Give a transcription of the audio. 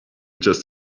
just